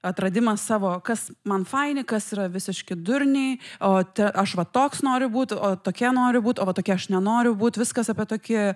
atradimą savo kas man faini kas yra visiški durniai o aš va toks noriu būt o tokia nori būt o va tokia aš nenoriu būt viskas apie tokį